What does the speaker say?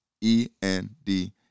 E-N-D